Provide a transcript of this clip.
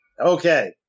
Okay